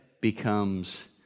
becomes